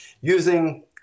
using